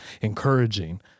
encouraging